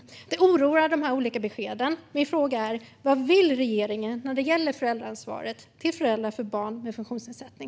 De olika beskeden oroar. Vad vill regeringen när det gäller föräldraansvaret hos föräldrar till barn med funktionsnedsättning?